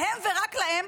להם ורק להם,